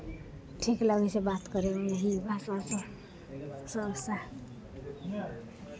ठीक लगै छै बात करयमे यही भाषा सभ सभसँ